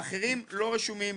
האחרים לא רשומים,